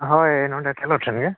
ᱦᱳᱭ ᱱᱚᱰᱮ ᱠᱷᱮᱞᱳᱰ ᱴᱷᱮᱱ ᱜᱮ